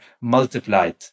multiplied